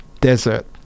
desert